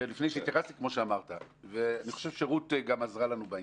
ואני חושב שרות גם עזרה לנו בעניין,